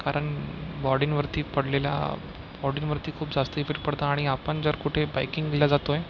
कारण बॉडींवरती पडलेला बॉडींवरती खूप जास्त इफेक्ट पडतो आपण जर कुठे बाईकिंगला जातोय